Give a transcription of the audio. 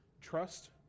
trust